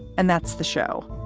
and that's the show.